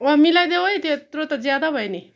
अँ मिलाइदेऊ है त्यत्रो त ज्यादा भयो नि